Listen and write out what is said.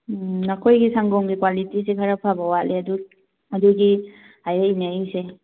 ꯅꯈꯣꯏꯒꯤ ꯁꯪꯒꯣꯝꯒꯤ ꯀ꯭ꯋꯥꯂꯤꯇꯤꯁꯦ ꯈꯔ ꯐꯕ ꯋꯥꯠꯂꯦ ꯑꯗꯨ ꯑꯗꯨꯒꯤ ꯍꯥꯏꯔꯛꯏꯅꯦ ꯑꯩꯁꯦ